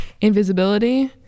invisibility